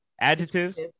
Adjectives